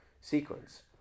sequence